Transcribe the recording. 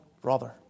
brother